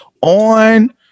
on